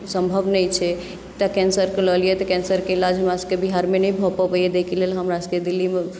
सम्भव नहि छै तऽ केन्सरके लऽ लिअ कैंसरक इलाज हमरा सभके बिहारमे नहि भऽ पबैए ताहिके लेल हमरासभके दिल्ली